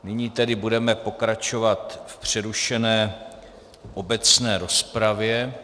Nyní tedy budeme pokračovat v přerušené obecné rozpravě.